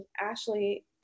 Ashley